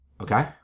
Okay